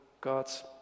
God's